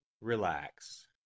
relax